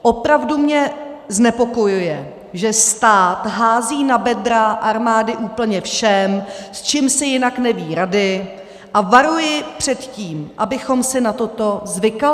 Opravdu mě znepokojuje, že stát hází na bedra armády úplně vše, s čím si jinak neví rady, a varuji před tím, abychom si na toto zvykali.